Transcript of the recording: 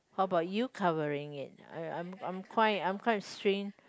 how about you covering it I'm quite I'm quite strain